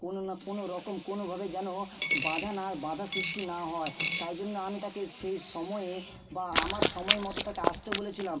কোনো না কোনো রকম কোনোভাবে যেন বাধা না বাধা সৃষ্টি না হয় তাই জন্য আমি তাকে সেই সময়ে বা আমার সময়মতো তাকে আসতে বলেছিলাম